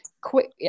quick